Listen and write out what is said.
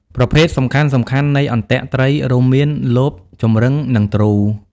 ប្រភេទសំខាន់ៗនៃអន្ទាក់ត្រីរួមមាន លប ចម្រឹង និងទ្រូ។